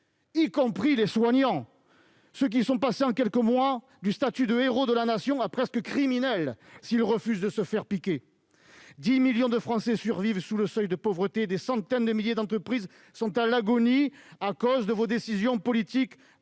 même les soignants, passés en quelques mois du statut de héros de la Nation à quasi-criminels s'ils refusent de se faire piquer ! Aujourd'hui, 10 millions de Français survivent sous le seuil de pauvreté, et des centaines de milliers d'entreprises sont à l'agonie à cause de vos décisions politiques.